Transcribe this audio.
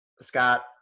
Scott